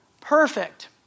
perfect